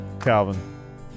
Calvin